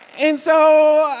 and so